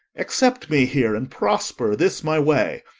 accept me here, and prosper this my way!